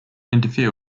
interfere